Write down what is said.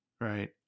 right